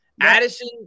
Addison